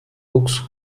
luxus